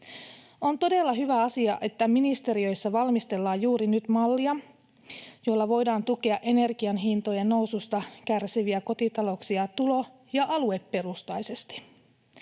On todella hyvä asia, että ministeriöissä valmistellaan juuri nyt mallia, jolla voidaan tukea energian hintojen noususta kärsiviä kotitalouksia tulo- ja alueperustaisesti.